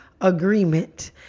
Agreement